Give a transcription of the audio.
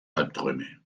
albträume